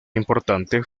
importante